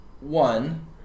One